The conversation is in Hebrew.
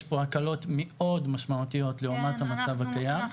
יש כאן הקלות מאוד משמעותיות לעומת המצב הקיים.